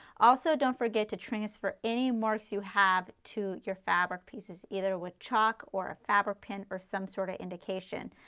also don't forget to transfer any marks you have to your fabric pieces, either with chalk or a fabric pin or some sort of indication.